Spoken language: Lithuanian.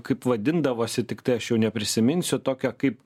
kaip vadindavosi tiktai aš jau neprisiminsiu tokio kaip